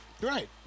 Right